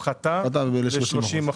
אתם מבקשים הפחתה של 15%,